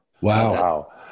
Wow